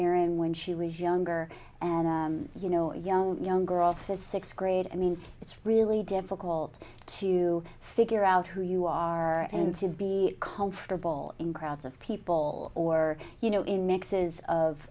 erin when she was younger and you know young young girl fifth sixth grade i mean it's really difficult to figure out who you are and be comfortable in crowds of people or you know in mixes of